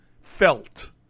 felt